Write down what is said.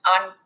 on